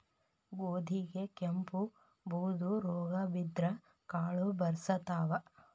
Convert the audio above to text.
ಗೋಧಿಗೆ ಕೆಂಪು, ಬೂದು ರೋಗಾ ಬಿದ್ದ್ರ ಕಾಳು ಬರ್ಸತಾವ